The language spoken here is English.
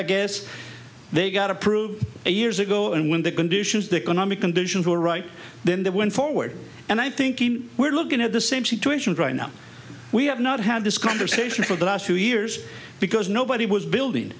i guess they got approved a years ago and when the conditions the economic conditions were right then they went forward and i think we're looking at the same situation right now we have not had this conversation for the last few years because nobody was building